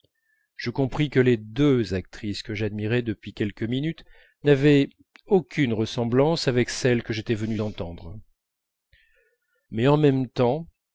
je compris que les deux actrices que j'admirais depuis quelques minutes n'avaient aucune ressemblance avec celle que j'étais venu entendre mais en même temps